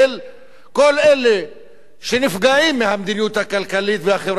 כל אלה שנפגעים מהמדיניות הכלכלית והחברתית של הממשלה,